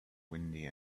windy